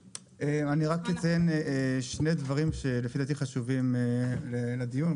אציין שני דברים שלפי דעתי חשובים לדיון.